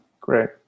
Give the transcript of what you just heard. great